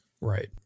Right